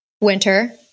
winter